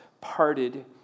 parted